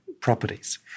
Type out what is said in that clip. properties